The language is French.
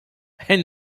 elle